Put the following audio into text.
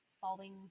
solving